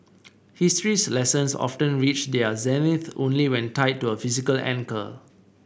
history's lessons often reach their zenith only when tied to a physical anchor